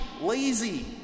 lazy